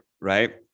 right